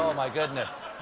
my goodness.